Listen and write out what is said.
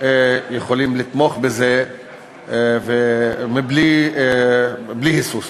יכולים לתמוך בזה בלי היסוס.